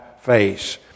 face